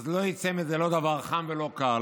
אז לא יצא מזה לא דבר חם ולא דבר קר.